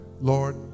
Lord